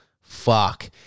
Fuck